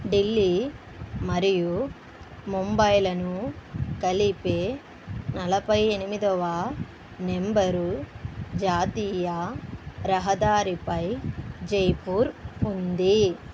ఢిల్లీ మరియు ముంబైలను కలిపే నలభై ఎనిమిదవ నెంబరు జాతీయ రహదారిపై జైపూర్ ఉంది